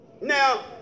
Now